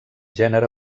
gènere